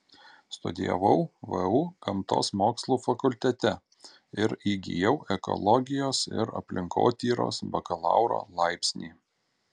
studijavau vu gamtos mokslų fakultete ir įgijau ekologijos ir aplinkotyros bakalauro laipsnį